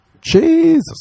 Jesus